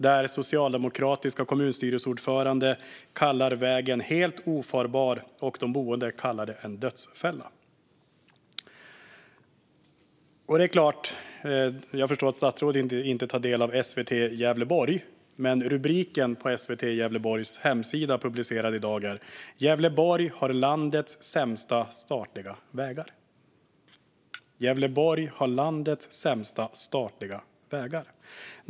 Den socialdemokratiske kommunstyrelseordföranden där kallar vägen helt ofarbar, och de boende kallar den en dödsfälla. Jag förstår om statsrådet inte tar del av SVT Gävleborg, men rubriken på deras hemsida i dag är "Gävleborg har landets sämsta statliga vägar".